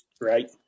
right